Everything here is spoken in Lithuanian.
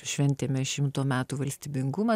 šventėme šimto metų valstybingumą